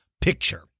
picture